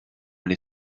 allé